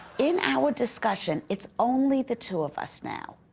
in our discussion, it's only the two of us now.